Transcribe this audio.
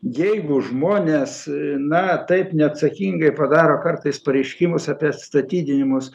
jeigu žmonės na taip neatsakingai padaro kartais pareiškimus apie atstatydinimus